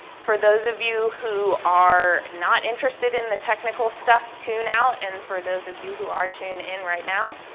for those of you who are not interested in the technical stuff, tune out. and for those of you who are, tune in right now.